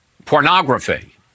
pornography